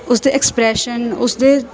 ਉਸਦੇ ਐਕਸਪ੍ਰੈਸ਼ਨ ਉਸਦੇ